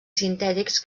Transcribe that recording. sintètics